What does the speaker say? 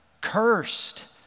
cursed